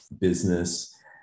business